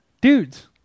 dudes